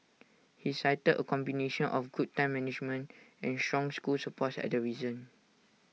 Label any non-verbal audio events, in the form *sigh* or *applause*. *noise* he cited A combination of good time management and strong school support as the reason